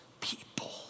people